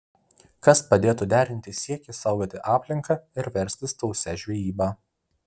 kas padėtų derinti siekį saugoti aplinką ir verstis tausia žvejyba